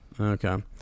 Okay